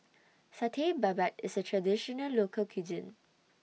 Satay Babat IS A Traditional Local Cuisine